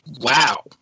Wow